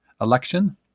election